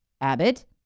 Abbott